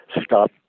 stop